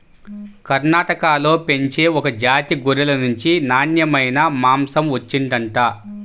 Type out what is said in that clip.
కర్ణాటకలో పెంచే ఒక జాతి గొర్రెల నుంచి నాన్నెమైన మాంసం వచ్చిండంట